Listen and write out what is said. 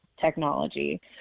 Technology